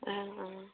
অঁ অঁ